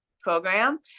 program